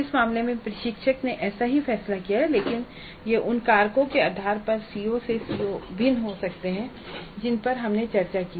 इस मामले में प्रशिक्षक ने ऐसा ही फैसला किया है लेकिन यह उन कारकों के आधार पर CO से CO में भिन्न हो सकता है जिन पर हमने चर्चा की